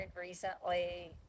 recently